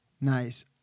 Nice